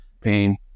pain